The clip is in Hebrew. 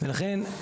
ולכן,